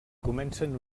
comencen